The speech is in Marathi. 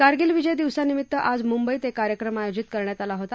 कारगिल विजय दिवसानिमित्त आज मुंबईत एक कार्यक्रम आयोजित करण्यात आला होता